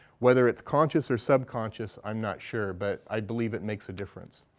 whether it's conscious or subconscious, i'm not sure. but i believe it makes a difference.